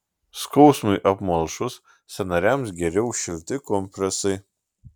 skausmui apmalšus sąnariams geriau šilti kompresai